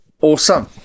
Awesome